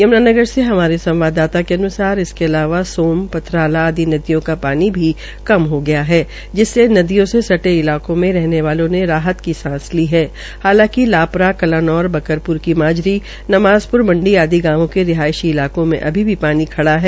यमुनानगर से हमारे संवाददाता के अनुसार इसके अलावा सोम पथ्राला नदियों का पानी भी कम हो गया है जिससे नदियों से सटे इलाकों में रहने वालों ने राहत की सांस ली है हालांकि लापरा कनानौर बकरपुर की माजरी नमाजं पुर मंडी आदि गांवों के रिहायशी इलाकों में भी पानी खड़ा है